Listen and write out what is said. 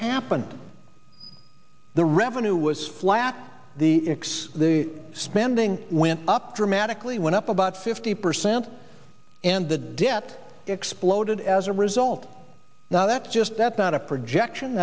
happened the revenue was flat the ics the spending went up dramatically went up about fifty percent and the debt exploded as a result now that's just that's not a projection